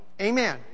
Amen